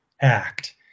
act